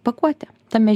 pakuotė tame